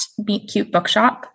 MeetCuteBookshop